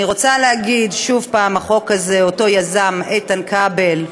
אני רוצה להגיד שוב: החוק הזה שיזם איתן כבל,